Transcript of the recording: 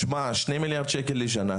משמע שני מיליארד שקל לשנה.